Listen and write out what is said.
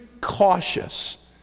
cautious